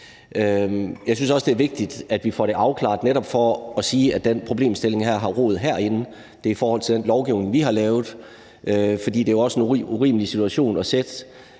Jeg synes også, det er vigtigt, vi får det afklaret. Det er netop for at sige, at den her problemstilling har rod herinde. Det skal ses i forhold til den lovgivning, vi har lavet, for det er jo også en urimelig situation at sætte